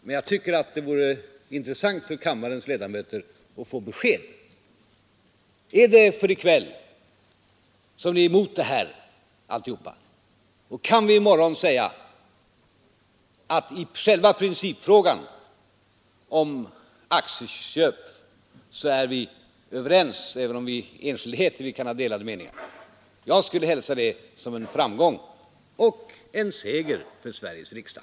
Jag tycker i alla fall att det vore intressant för kammarens ledamöter att få besked. Är det för i kväll ni är emot alltihop det här? Kan vi i morgon säga att i själva principfrågan om aktieköp är vi överens, även om vi i enskildheter kan ha delade meningar? Jag skulle hälsa det som en framgång och som en seger för Sveriges riksdag.